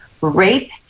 rape